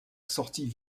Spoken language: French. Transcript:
sortie